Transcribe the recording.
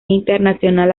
internacional